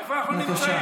איפה אנחנו נמצאים?